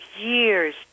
years